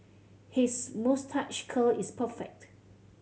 his moustache curl is perfect